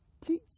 Please